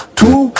two